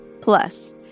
plus